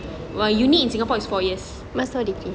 while uni in singapore is four years